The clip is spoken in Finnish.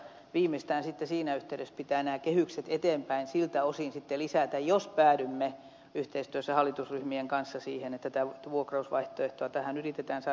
viimeistään siinä yhteydessä pitää nämä kehykset eteenpäin siltä osin sitten lisätä jos päädymme yhteistyössä hallitusryhmien kanssa siihen että tätä vuokrausvaihtoehtoa tähän yritetään saada mukaan